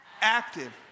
Active